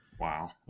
Wow